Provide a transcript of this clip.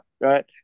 Right